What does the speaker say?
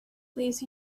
please